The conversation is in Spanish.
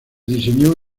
diseñó